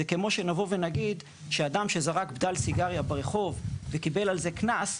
זה כמו שנבוא ונגיד שאדם שזרק בדל סיגריה ברחוב וקיבל על זה קנס,